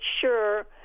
sure